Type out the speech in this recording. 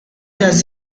does